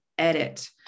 edit